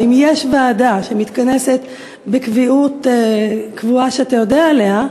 האם יש ועדה שמתכנסת בקביעות שאתה יודע עליה,